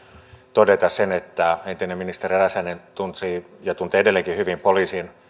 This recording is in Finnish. todeta sen että entinen ministeri räsänen tunsi ja tuntee edelleenkin hyvin poliisin